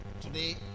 Today